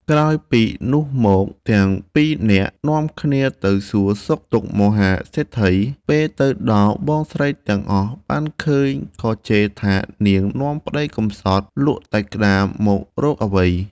ក្រោយពីនោះមកទាំងពីរនាក់នាំគ្នាទៅសួរសុខទុក្ខមហាសេដ្ឋី ពេលទៅដល់បងស្រីទាំងអស់បានឃើញក៏ជេរថានាងនាំប្ដីកម្សត់លក់តែក្ដាមមករកអ្វី។